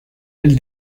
elle